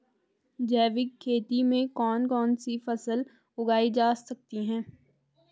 जैविक खेती में कौन कौन सी फसल उगाई जा सकती है?